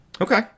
Okay